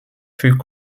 fut